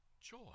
joy